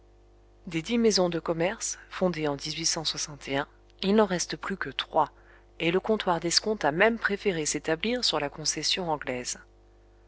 des dix maisons de commerce fondées en il n'en reste plus que trois et le comptoir d'escompte a même préféré s'établir sur la concession anglaise